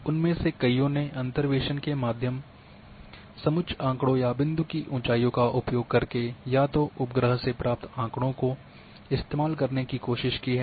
उनमें से कइयों ने अंतर्वेसन के माध्यम समुच्च आँकड़ों या बिंदु की ऊँचाइयों का उपयोग करके या तो उपग्रह से प्राप्त आँकड़ों को इस्तेमाल करने की कोशिश की है